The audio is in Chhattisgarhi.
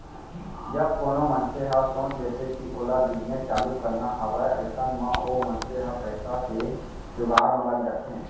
जब कोनो मनसे ह सोच लेथे कि ओला बिजनेस चालू करना हावय अइसन म ओ मनसे ह पइसा के जुगाड़ म लग जाथे